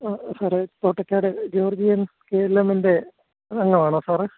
ആ സാറേ Thottekkad George K L എമ്മിൻ്റെ വീടാണോ സാറെ